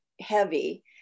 heavy